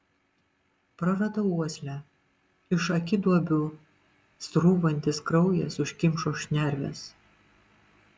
praradau uoslę iš akiduobių srūvantis kraujas užkimšo šnerves